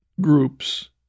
groups